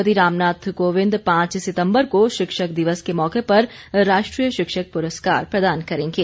राष्ट्रपति रामनाथ कोविंद पांच सितंबर को शिक्षक दिवस के मौके पर राष्ट्रीय शिक्षक पुरस्कार प्रदान करेंगे